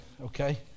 okay